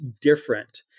different